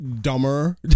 dumber